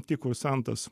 tik kursantas